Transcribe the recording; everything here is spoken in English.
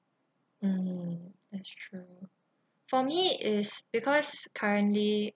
mm that's true for me is because currently